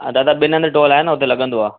हा दादा ॿिन्हिनि टोल आहे न हुते लॻंदो आहे